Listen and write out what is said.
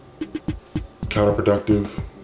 counterproductive